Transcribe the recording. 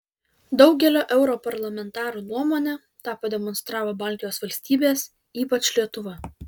daugelio europarlamentarų nuomone tą pademonstravo baltijos valstybės ypač lietuva